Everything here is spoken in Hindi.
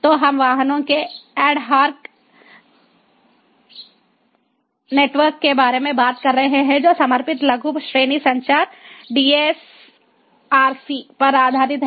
तो हम वाहनों के ऐड हॉक नेटवर्क के बारे में बात कर रहे हैं जो समर्पित लघु श्रेणी संचार डीएसआरसी पर आधारित हैं